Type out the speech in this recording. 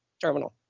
Terminal